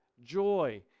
joy